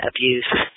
abuse